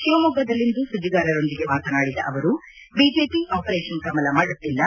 ಶಿವಮೊಗ್ಗದಲ್ಲಿಂದು ಸುದ್ದಿಗಾರರೊಂದಿಗೆ ಮಾತನಾಡಿದ ಅವರು ಬಿಜೆಪಿ ಆಪರೇಷನ್ ಕಮಲ ಮಾಡುತ್ತಿಲ್ಲ